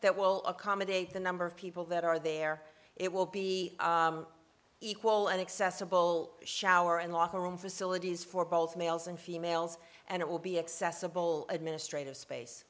that will accommodate the number of people that are there it will be equal and accessible shower and locker room facilities for both males and females and it will be accessible administrative space